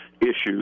issues